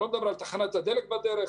אני לא מדבר על תחנת הדלק בדרך,